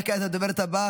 וכעת לדוברת הבאה,